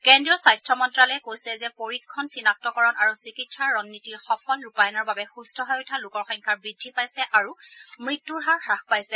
কেন্দ্ৰীয় স্বাস্থ্য মন্ত্যালয়ে কৈছে যে পৰীক্ষণ চিনাক্তকৰণ আৰু চিকিৎসা ৰণনীতিৰ সফল ৰূপায়ণৰ বাবে সুস্থ হৈ উঠা লোকৰ সংখ্যা বৃদ্ধি পাইছে আৰু মৃত্যুৰ হাৰ হ্ৰাস পাইছে